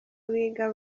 biga